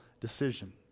decision